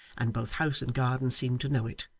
and both house and garden seemed to know it,